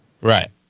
Right